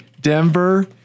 Denver